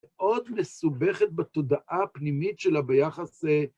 מאוד מסובכת בתודעה הפנימית שלה ביחס ל...